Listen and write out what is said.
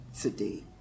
today